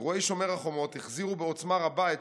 אירועי שומר החומות החזירו בעוצמה רבה את